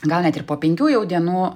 gal net ir po penkių jau dienų